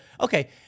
Okay